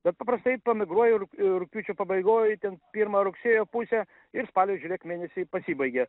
bet paprastai migruoja ir ir rugpjūčio pabaigoj ten pirmą rugsėjo pusę ir spalio žiūrėk mėnesį pasibaigė